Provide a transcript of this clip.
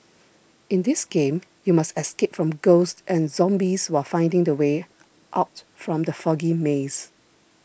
in this game you must escape from ghosts and zombies while finding the way out from the foggy maze